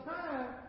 time